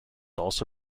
also